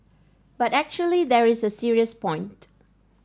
but actually there is a serious point